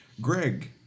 Greg